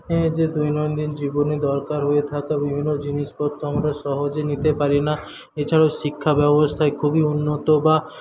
এর যে দৈনন্দিন জীবনে দরকার হয়ে থাকা বিভিন্ন জিনিসপত্র আমরা সহজে নিতে পারি না এছাড়াও শিক্ষা ব্যবস্থায় খুবই উন্নত বা